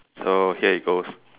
so here it goes